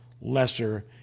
lesser